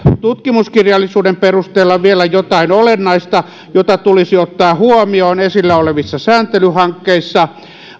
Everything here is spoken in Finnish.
tutkimuskirjallisuuden perusteella vielä jotain olennaista jota tulisi ottaa huomioon esillä olevissa sääntelyhankkeissa